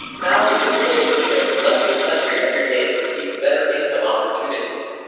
thousands of filipinos left the country every day to seize better income opportunities.